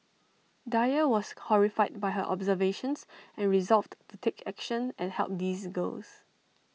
dyer was horrified by her observations and resolved to take action and help these girls